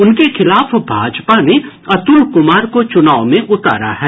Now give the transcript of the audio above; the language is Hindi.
उनके खिलाफ भाजपा ने अतुल कुमार को चुनाव में उतारा है